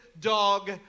dog